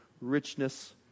richness